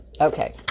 Okay